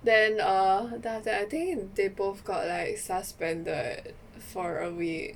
then err then after that I think they both got like suspended for a week